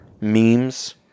memes